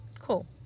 Cool